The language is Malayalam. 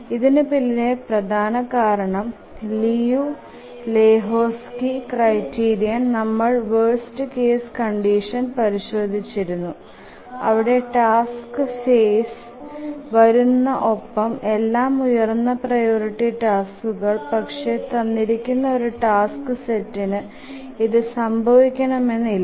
ഇതിന് പിന്നിലെ പ്രധാന കാരണം ലിയു ലഹോക്സ്ക്യ് ക്രൈറ്റീരിയൻഇൽ നമ്മൾ വേർസ്റ് കേസ് കണ്ടിഷൻ പരിശോധിച്ചിരുന്നു അവിടെ ടാസ്ക് ഫേസ്ഇൽ വരുന്നു ഒപ്പം എല്ലാ ഉയർന്ന പ്രിയോറിറ്റി ടാസ്കുകൾ പക്ഷെ തന്നിരിക്കുന്ന ഒരു ടാസ്ക് സെറ്റിനു ഇതു സംഭവിക്കണമെന്നു ഇല്ലാ